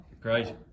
great